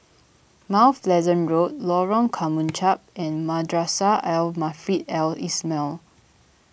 Mount Pleasant Road Lorong Kemunchup and Madrasah Al Maarif Al Islamiah